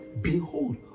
Behold